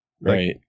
right